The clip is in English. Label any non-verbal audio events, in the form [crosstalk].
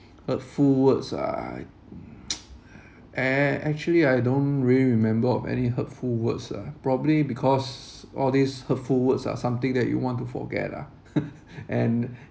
hurtful words ah [noise] a~ actually I don't really remember of any hurtful words ah probably because all these hurtful words are something that you want to forget ah [noise] and